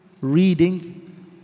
reading